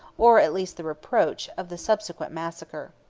or at least the reproach, of the subsequent massacre.